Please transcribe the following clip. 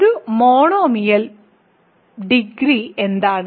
ഒരു മോണോമിയലിന്റെ ഡിഗ്രി എന്താണ്